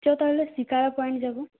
চ তাহলে শিকারা পয়েন্ট যাব